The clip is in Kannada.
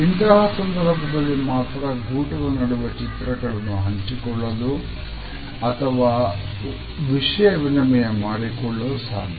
ಇಂತಹ ಸಂದರ್ಭದಲ್ಲಿ ಮಾತ್ರ ಗೂಟದ ನಡುವೆ ಚಿತ್ರಗಳನ್ನು ಹಂಚಿಕೊಳ್ಳಲು ಅಥವಾ ವಿಷಯ ವಿನಿಮಯ ಮಾಡಿಕೊಳ್ಳಲು ಸಾಧ್ಯ